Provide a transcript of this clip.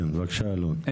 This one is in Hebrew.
כן, בבקשה אלון.